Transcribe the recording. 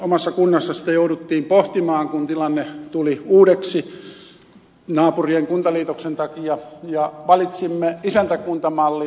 omassa kunnassani sitä jouduttiin pohtimaan kun tilanne tuli uudeksi naapurien kuntaliitoksen takia ja valitsimme isäntäkuntamallin